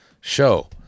show